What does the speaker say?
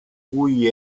cui